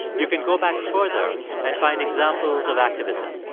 you can go back further and find examples of activism.